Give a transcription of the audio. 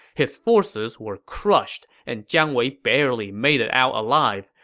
his forces were crushed, and jiang wei barely made it out alive.